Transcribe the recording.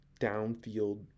downfield